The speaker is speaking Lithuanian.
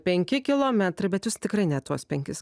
penki kilometrai bet jūs tikrai ne tuos penkis